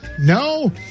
no